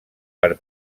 per